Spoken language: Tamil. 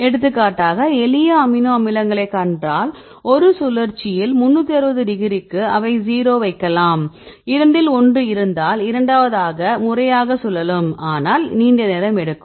எடுத்துக்காட்டாக எளிய அமினோ அமிலங்களை கண்டால் ஒரு சுழற்சியில் 360 டிகிரிக்கு அவை 0 வைக்கலாம் இரண்டில் ஒன்று இருந்தால் இரண்டாவது முறையாக சுழலும் ஆனால் நீண்ட நேரம் எடுக்கும்